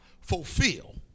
fulfill